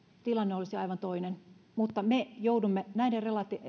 tilanne olisi aivan toinen mutta me joudumme näiden